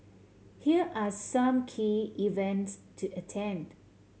here are some key events to attend